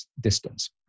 distance